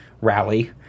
rally